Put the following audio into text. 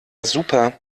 super